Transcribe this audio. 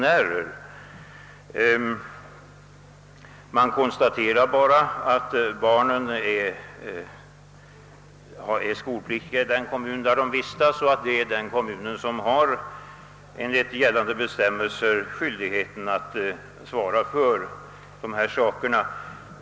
Det bara konstateras att barnen är skolpliktiga i den kommun där de vistas och att det är denna kommun som enligt gällande bestämmelser är skyldig att svara för dessa saker.